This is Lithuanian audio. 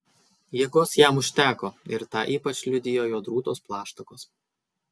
jėgos jam užteko ir tą ypač liudijo jo drūtos plaštakos